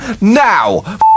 now